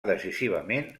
decisivament